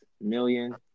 million